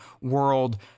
world